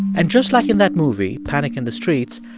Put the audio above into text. and just like in that movie, panic in the streets,